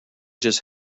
just